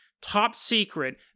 top-secret